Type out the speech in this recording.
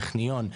טכניון,